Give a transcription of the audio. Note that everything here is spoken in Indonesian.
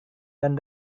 dan